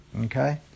Okay